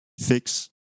fix